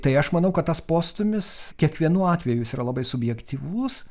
tai aš manau kad tas postūmis kiekvienu atveju jis yra labai subjektyvus